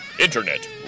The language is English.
internet